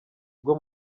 bwo